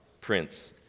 Prince